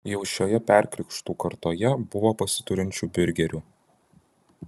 jau šioje perkrikštų kartoje buvo pasiturinčių biurgerių